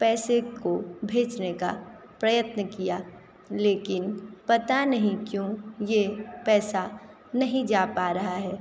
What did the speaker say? पैसे को भेजने का प्रयत्न किया लेकिन पता नहीं क्यों ये पैसा नहीं जा पा रहा है